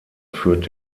führt